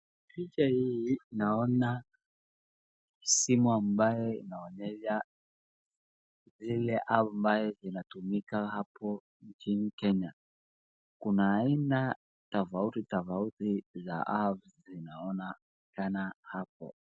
Picha hii naona simu ambayo inaonyesha zile app ambazo zinatumika hapo nchini Kenya. Kuna aina tofautitofauti za apps zinaonekana hapo.